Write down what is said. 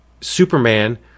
Superman